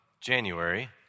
January